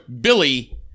Billy